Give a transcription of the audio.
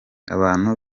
abantu